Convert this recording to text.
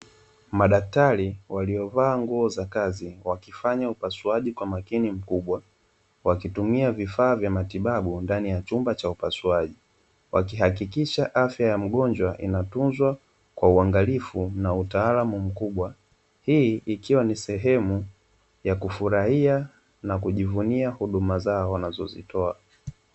Madaktari waliyovaa nguo za kazi wakifanya upasuaji kwa umakini mkubwa, wakitumia vifaa vya matibabu ndani ya chumba cha upasuaji wakihakikisha afya ya mgonjwa inatunzwa kwa uangalifu na utaalamu mkubwa. Hii ikiwa ni sehemu ya kufurahia na kujivunia huduma zao wanazozitoa.